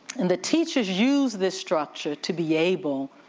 and the teachers use this structure to be able